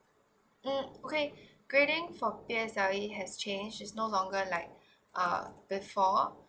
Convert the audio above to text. mm okay grading for P_S_L_E has change it's no longer like uh before